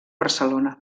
barcelona